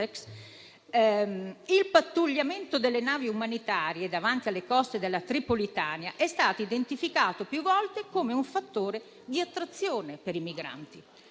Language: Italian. il pattugliamento delle navi umanitarie davanti alle coste della Tripolitania è stato identificato più volte come un fattore di attrazione per i migranti.